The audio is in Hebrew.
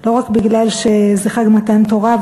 לא רק בגלל שזה מתן תורה,